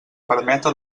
permeta